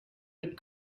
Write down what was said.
but